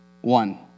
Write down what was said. one